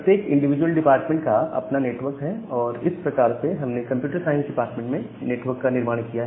प्रत्येक individual department का अपना नेटवर्क है और इस प्रकार से हमने कंप्यूटर साइंस डिपार्टमेंट के नेटवर्क का निर्माण किया है